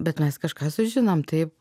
bet mes kažką sužinom taip